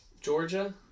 Georgia